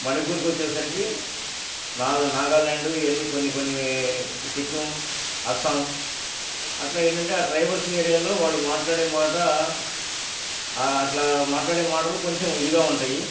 మణిపూర్కు వచ్చేసరికి నాగాల్యాండు ఎన్ని కొన్ని కొన్ని సిక్కిం అస్సాం అట్లా ఏమిటి అంటే ఆ ట్రైబల్స్ ఏరియాలో వాళ్ళు మాట్లాడే మాట అట్లా మాట్లాడే మాటలు కొంచెం ఇదిగా ఉంటాయి